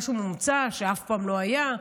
משהו מומצא שאף פעם לא היה,